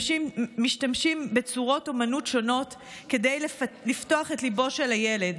משתמשים בצורות אומנות שונות כדי לפתוח את ליבו של הילד.